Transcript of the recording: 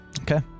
Okay